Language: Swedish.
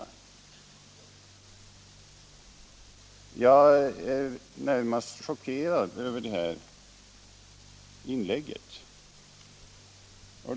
Jag är närmast chockerad över det här inlägget.